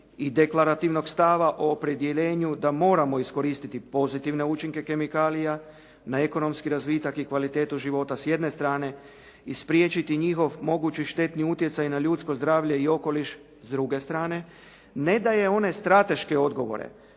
i deklarativnog stava o opredjeljenju da moramo iskoristiti pozitivne učinke kemikalija na ekonomski razvitak i kvalitetu života s jedne strane i spriječiti njihov mogući štetni utjecaj na ljudsko zdravlje i okoliš s druge strane, ne daje one strateške odgovore